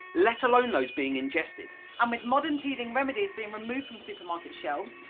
let alone those being ingested. and with modern teething remedies being removed from supermarket shelves,